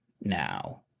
now